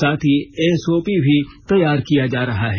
साथ ही एसओपी भी तैयार किया जा रहा है